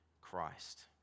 Christ